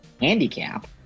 handicap